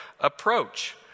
approach